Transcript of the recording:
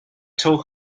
told